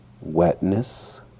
wetness